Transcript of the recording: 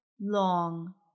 long